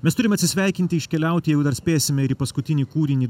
mes turim atsisveikinti iškeliauti jeigu dar spėsime ir paskutinį kūrinį